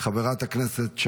חבר הכנסת יבגני סובה,